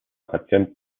patient